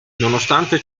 nonostante